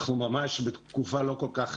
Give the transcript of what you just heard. אנחנו ממש בתקופה לא כל-כך